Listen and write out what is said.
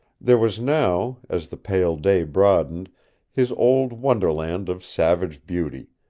there was now as the pale day broadened his old wonderland of savage beauty,